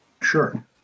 Sure